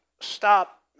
stop